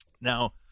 now